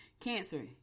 Cancer